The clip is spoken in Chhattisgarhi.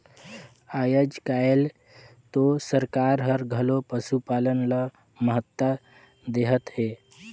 आयज कायल तो सरकार हर घलो पसुपालन ल महत्ता देहत हे